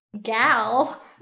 gal